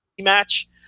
match